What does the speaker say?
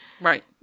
Right